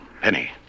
Penny